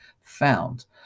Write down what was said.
found